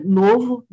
novo